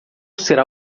será